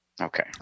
Okay